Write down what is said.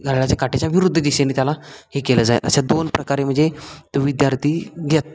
घड्याळाच्या काट्याच्या विरुद्ध दिशेने त्याला हे केलं जात अशा दोन प्रकारे म्हणजे विद्यार्थी घेत